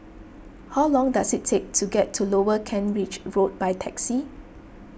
how long does it take to get to Lower Kent Ridge Road by taxi